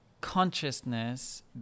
consciousness